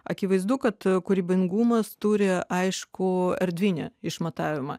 akivaizdu kad kūrybingumas turi aiškų erdvinį išmatavimą